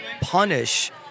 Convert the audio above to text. punish